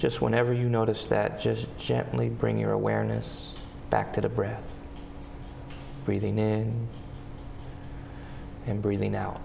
just whenever you notice that just gently bring your awareness back to the breath breathing in and breathing